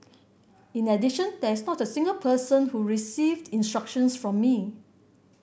in addition there is not a single person who received instructions from me